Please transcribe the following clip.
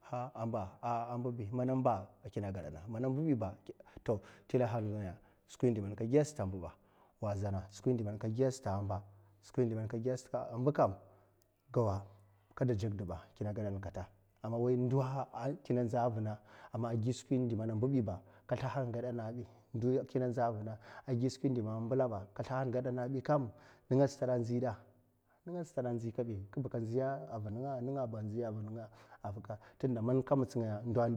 ha a'ba a’ a’ mbibi a’ kina gedana mana mbibi ba a’ kina gedana slila halingaya skwi indi man ka giya sata a’ mbibi wa za'na skwi indi man ka giya sata a’ mba man a’ mbkam gawa man a’ mbibi ba dzakda ba kina gedana a’ kinma nziya a’ vuna a’ gi skwi indi man mblaba ka sliha gana bi kam ninga stad a’ nzi kabi kab ka nziya ninga ba a’ nzi kam